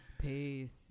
Peace